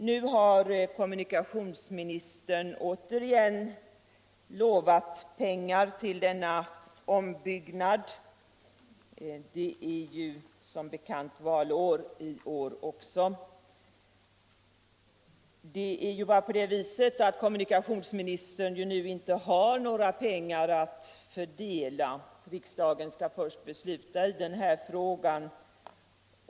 Nu har kommunikationsministern återigen lovat pengar till ombyggnaden. Det är som bekant valår i år också. Det är bara på det viset att kommunikationsministern ju nu inte har några pengar att fördela. Riksdagen skall först besluta i denna fråga.